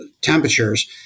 temperatures